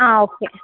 ఆ ఓకే